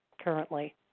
currently